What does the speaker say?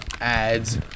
ads